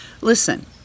Listen